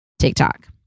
TikTok